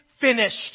finished